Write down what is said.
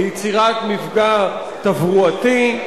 ליצירת מפגע תברואתי,